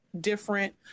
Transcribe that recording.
different